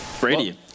Brady